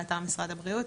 באתר משרד הבריאות,